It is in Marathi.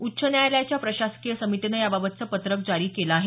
उच्च न्यायालयाच्या प्रशासकीय समितीनं याबाबतचं पत्रक जारी केलं आहे